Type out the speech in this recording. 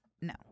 no